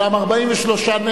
אולם 45 נגד,